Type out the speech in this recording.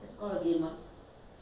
why you going to do at me ah